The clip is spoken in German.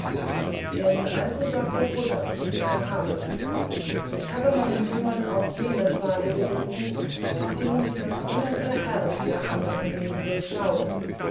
denn also sagt der buddha der erhabene ich habe meinen jüngern auch jene pfade gewiesen auf denen sie das innerste herz der anderen wesen durchschauen